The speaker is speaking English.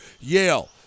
Yale